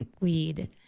weed